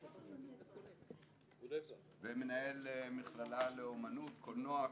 צלם, ומנהל מכללה לאומנות, קולנוע.